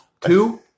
Two